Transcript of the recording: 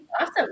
Awesome